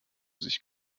sich